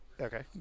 Okay